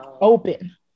open